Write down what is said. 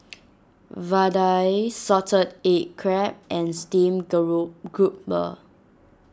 Vadai Salted Egg Crab and Steamed Group Grouper